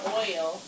oil